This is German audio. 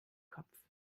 kopf